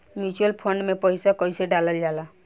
Mutual fund मे पईसा कइसे डालल जाला?